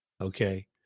Okay